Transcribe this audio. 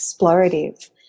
explorative